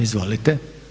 Izvolite.